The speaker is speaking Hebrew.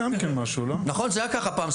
נכון, סימון, זה היה כך בעבר.